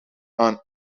aan